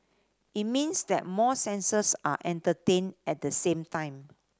it means that more senses are entertained at the same time